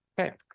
Okay